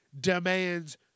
demands